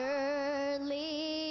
early